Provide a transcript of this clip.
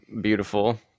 beautiful